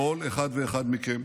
כל אחד ואחד מכם,